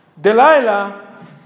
Delilah